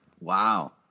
Wow